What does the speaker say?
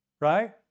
Right